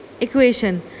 equation